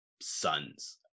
sons